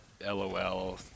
Lol